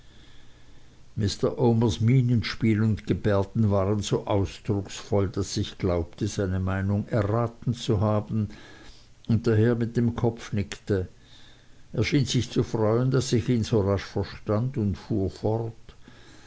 mr omers mienenspiel und gebärden waren so ausdrucksvoll daß ich glaubte seine meinung erraten zu haben und daher mit dem kopfe nickte er schien sich zu freuen daß ich ihn so rasch verstand und fuhr fort